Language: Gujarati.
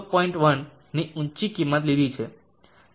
1 ની ઊંચી કિંમત લીધી છે